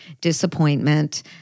disappointment